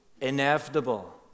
inevitable